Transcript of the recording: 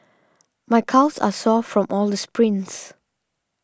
my calves are sore from all the sprints